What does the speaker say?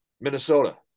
Minnesota